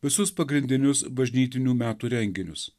visus pagrindinius bažnytinių metų renginius